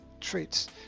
traits